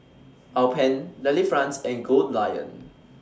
Alpen Delifrance and Goldlion